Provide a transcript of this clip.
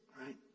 right